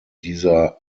dieser